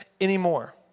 anymore